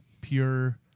pure